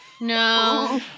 No